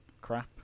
Crap